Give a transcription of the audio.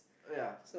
ya